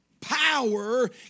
power